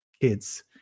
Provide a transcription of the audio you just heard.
kids